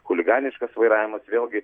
chuliganiškas vairavimas vėlgi